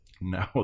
No